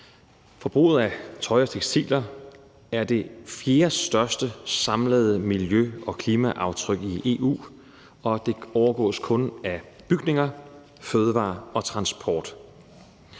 Forbruget af tøj og tekstiler er det fjerdestørste samlede miljø- og klimaaftryk i EU, og det overgås kun af bygninger, fødevarer og transport.